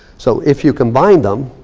so if you combine them,